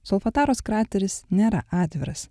solfataros krateris nėra atviras